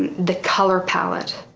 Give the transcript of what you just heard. and the color palette.